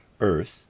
Earth